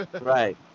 right